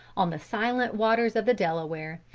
on the silent waters of the delaware,